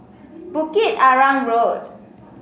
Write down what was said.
Bukit Arang Road